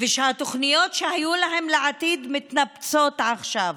ושהתוכניות שהיו להם לעתיד מתנפצות עכשיו.